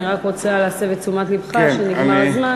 אני רק רוצה להסב את תשומת לבך שנגמר הזמן,